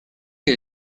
que